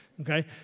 okay